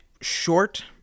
short